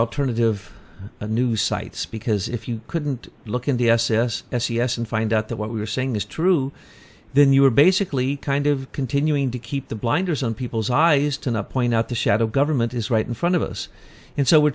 alternative and new sites because if you couldn't look in the s s s c s and find out that what we were saying is true then you were basically kind of continuing to keep the blinders on people's eyes to the point out the shadow government is right in front of us and so we're